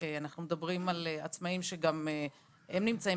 אנחנו מדברים על עצמאיים שגם הם נמצאים